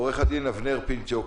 עורך-הדין אבנר פינצ'וק,